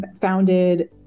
founded